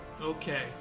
Okay